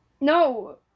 No